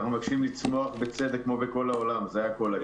אנחנו מבקשים לצמוח בצדק כמו בכל העולם, זה הכול.